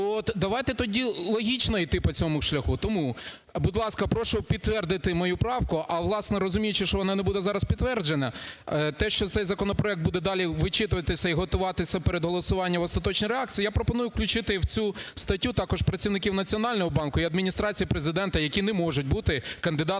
давайте тоді логічно йти по цьому шляху. Тому, будь ласка, прошу підтвердити мою правку. А власне, розуміючи, що вона не буде зараз підтверджена, те, що цей законопроект буде далі вичитуватися і готуватися перед голосуванням в остаточній редакції, я пропоную включити в цю статтю також працівників Національного банку і Адміністрації Президента, які не можуть бути кандидатами